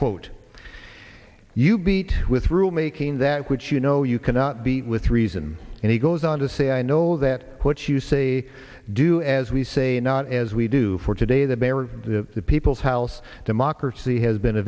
quote you beat with rule making that which you know you cannot beat with reason and he goes on to say i know that what you say do as we say not as we do for today that they are the people's house democracy has been